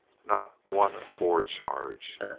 not one poor charge!